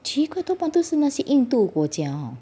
全部都是那些印度国家 hor